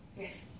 Yes